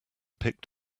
picked